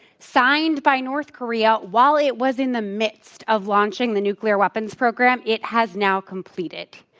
signed by north korea while it was in the midst of launching the nuclear weapons program it has now completed,